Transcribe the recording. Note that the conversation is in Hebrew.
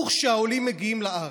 וכשהעולים מגיעים לארץ,